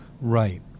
Right